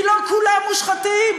כי לא כולם מושחתים,